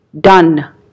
done